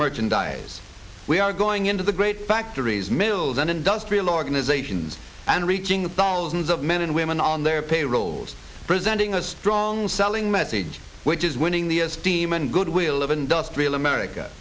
merchandise we are going into the great factories mills and industrial organizations and reaching thousands of men and women on their payrolls presenting a strong selling message which is winning the esteem and goodwill of industrial america